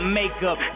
makeup